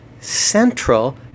central